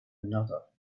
another